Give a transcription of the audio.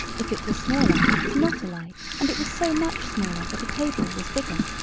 if it were smaller it was not alike and it was so much smaller that a table was bigger.